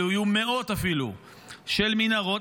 אלו יהיו אפילו מאות של מנהרות.